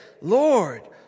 Lord